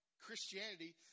Christianity